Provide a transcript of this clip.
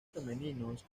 femeninos